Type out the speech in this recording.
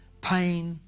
pain,